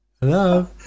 Hello